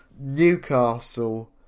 Newcastle